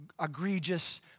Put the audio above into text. egregious